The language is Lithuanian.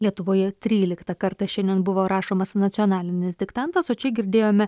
lietuvoje tryliktą kartą šiandien buvo rašomas nacionalinis diktantas o čia girdėjome